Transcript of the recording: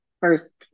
first